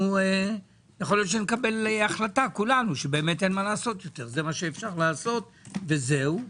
יכול להיות שנקבל החלטה כולנו שזה מה שאפשר לעשות וזהו,